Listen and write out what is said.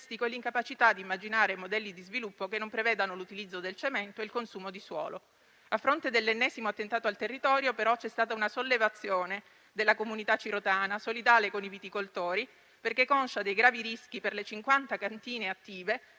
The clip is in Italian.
e l'incapacità di immaginare modelli di sviluppo che non prevedano l'utilizzo del cemento e il consumo di suolo. A fronte dell'ennesimo attentato al territorio, però, c'è stata una sollevazione della comunità cirotana, solidale con i viticoltori, perché conscia dei gravi rischi per le 50 cantine attive